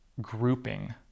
grouping